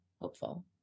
hopeful